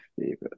favorite